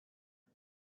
and